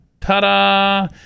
Ta-da